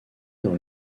dans